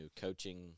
coaching